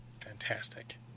fantastic